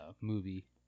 Movie